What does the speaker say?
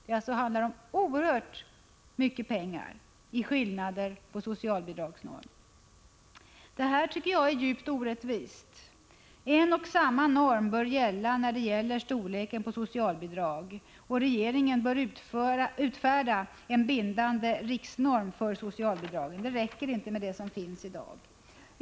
Det handlar alltså om oerhört mycket pengar i skillnader på socialbidragsnormer. Detta förhållande är djupt orättvist. En och samma norm bör gälla för storleken på socialbidrag, och regeringen bör utfärda en bindande riksnorm för socialbidragen. Det räcker inte med det som finns i dag.